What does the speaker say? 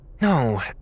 No